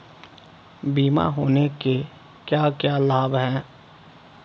बीमा होने के क्या क्या लाभ हैं?